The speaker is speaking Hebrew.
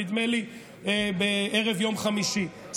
בערב יום חמישי,